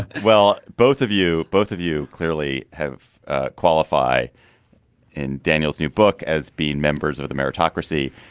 well both of you. both of you clearly have qualify in daniel's new book as being members of the meritocracy.